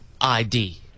ID